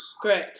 great